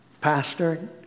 pastor